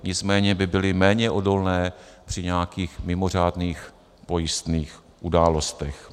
Nicméně by byly méně odolné při nějakých mimořádných pojistných událostech.